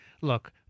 look